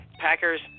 Packers